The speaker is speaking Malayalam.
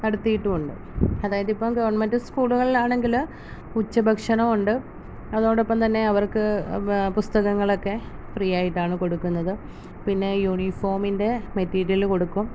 നടത്തീട്ടുവുണ്ട് അതായത് ഇപ്പോൾ ഗവൺമെൻറ്റ് സ്കൂളുകളിലാണെങ്കിൽ ഉച്ചഭക്ഷണമുണ്ട് അതോടൊപ്പം തന്നെ അവർക്ക് പുസ്തകങ്ങളൊക്കെ ഫ്രീയായിട്ടാണ് കൊടുക്കുന്നത് പിന്നെ യൂണിഫോമിൻറ്റെ മെറ്റീരിയൽ കൊടുക്കും